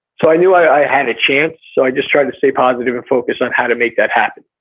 so i knew i had a chance. so i just tried to stay positive and focus on how to make that happen